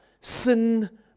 sin